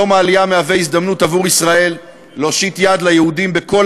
יום העלייה הוא הזדמנות עבור ישראל להושיט יד ליהודים בכל